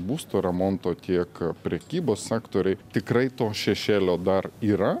būsto remonto tiek prekybos sektoriai tikrai to šešėlio dar yra